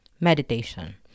meditation